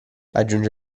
aggiunge